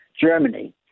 Germany